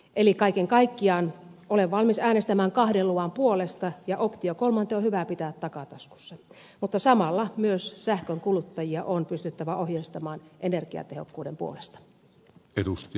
eli kaiken kaikkiaan olen valmis äänestämään kahden luvan puolesta ja optio kolmanteen on hyvä pitää takataskussa mutta samalla myös sähkön kuluttajia on pystyttävä ohjeistamaan energiatehokkuuden puolella